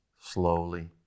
slowly